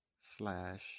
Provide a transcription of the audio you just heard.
slash